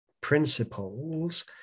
principles